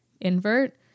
invert